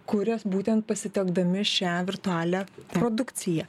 kurias būtent pasitelkdami šią virtualią produkciją